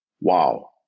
wow